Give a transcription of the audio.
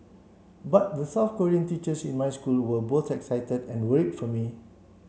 but the South Korean teachers in my school were both excited and worried for me